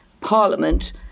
Parliament